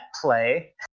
play